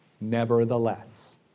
Nevertheless